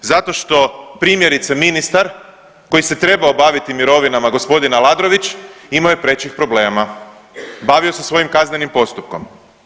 Zato što primjerice ministar koji se trebao baviti mirovinama g. Aladrović imao je prečih problema, bavio se svojim kaznenim postupkom.